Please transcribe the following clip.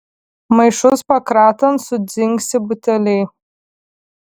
maišus pakratant sudzingsi buteliai